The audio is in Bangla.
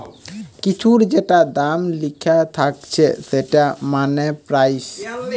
কিছুর যেটা দাম লিখা থাকছে সেটা মানে প্রাইস